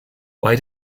why